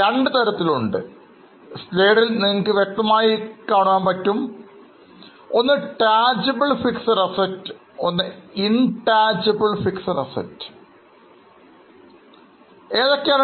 രണ്ട് തരങ്ങളുണ്ട് Tangible fixed assets Intangible fixed assets